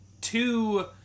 two